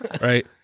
right